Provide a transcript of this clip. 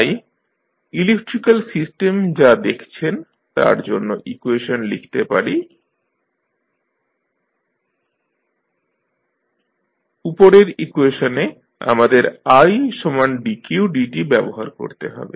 তাই electrical system যা দেখছেন তার জন্য ইকুয়েশন লিখতে পারি VRiLdidt1Cidt উপরের ইকুয়েশনে আমাদের idqdtব্যবহার করতে হবে